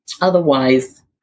Otherwise